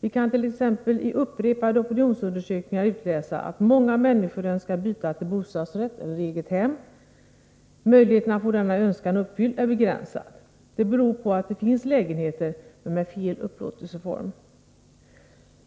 Vi kan t.ex. i upprepade opinionsundersökningar utläsa att många människor önskar byta till bostadsrätt eller eget hem. Möjligheten att få denna önskan uppfylld är begränsad. Detta beror på att det finns lägenheter men med fel upplåtelseform.